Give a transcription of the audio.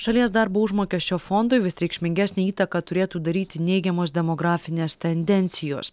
šalies darbo užmokesčio fondui vis reikšmingesnę įtaką turėtų daryti neigiamos demografinės tendencijos